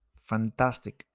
fantastic